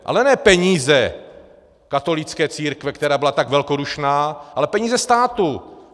Ale ne peníze katolické církve, která byla tak velkodušná, ale peníze státu.